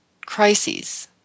crises